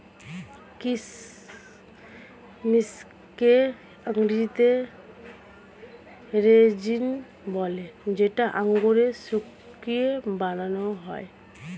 কিচমিচকে ইংরেজিতে রেজিন বলে যেটা আঙুর শুকিয়ে বানান হয়